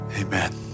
amen